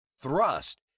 thrust